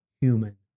human